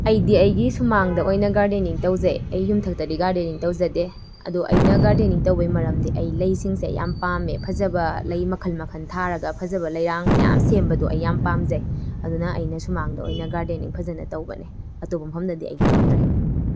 ꯑꯩꯗꯤ ꯑꯩꯒꯤ ꯁꯨꯃꯥꯡꯗ ꯑꯣꯏꯅ ꯒꯥꯔꯗꯦꯅꯤꯡ ꯇꯧꯖꯩ ꯑꯩ ꯌꯨꯝꯊꯛꯇꯗꯤ ꯒꯥꯔꯗꯦꯅꯤꯡ ꯇꯧꯖꯗꯦ ꯑꯗꯨ ꯑꯩꯅ ꯒꯥꯔꯗꯦꯅꯤꯡ ꯇꯧꯕꯒꯤ ꯃꯔꯝꯗꯤ ꯑꯩ ꯂꯩꯁꯤꯡꯁꯦ ꯑꯩ ꯌꯥꯝ ꯄꯥꯝꯃꯦ ꯐꯖꯕ ꯂꯩ ꯃꯈꯜ ꯃꯈꯜ ꯊꯥꯔꯒ ꯐꯖꯕ ꯂꯩꯔꯥꯡ ꯃꯌꯥꯝ ꯁꯦꯝꯕꯗꯣ ꯑꯩ ꯌꯥꯝ ꯄꯥꯝꯖꯩ ꯑꯗꯨꯅ ꯑꯩꯅ ꯁꯨꯃꯥꯡꯗ ꯑꯣꯏꯅ ꯒꯥꯔꯗꯦꯅꯤꯡ ꯐꯖꯅ ꯇꯧꯕꯅꯦ ꯑꯇꯣꯞꯄ ꯃꯐꯝꯗꯗꯤ ꯑꯩ ꯇꯧꯗ꯭ꯔꯦ